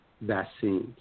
vaccines